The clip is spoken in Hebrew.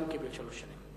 גם הוא קיבל שלוש שנים.